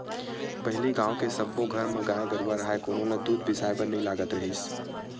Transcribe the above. पहिली गाँव के सब्बो घर म गाय गरूवा राहय कोनो ल दूद बिसाए बर नइ लगत रिहिस